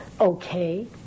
okay